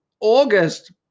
August